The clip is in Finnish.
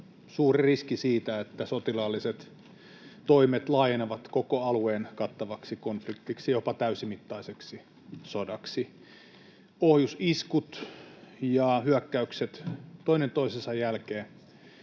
suuri riski siitä, että sotilaalliset toimet laajenevat koko alueen kattavaksi konfliktiksi, jopa täysimittaiseksi sodaksi. Ohjusiskut ja hyökkäykset toinen toisensa jälkeen